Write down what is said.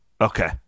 Okay